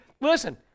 listen